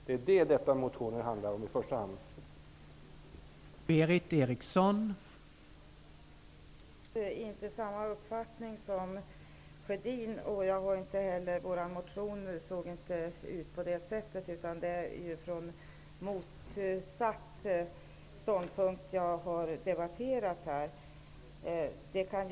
Det är vad motionen i första hand handlar om.